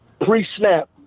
pre-snap